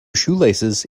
shoelaces